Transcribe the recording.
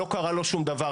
לא קרה לו שום דבר.